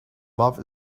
love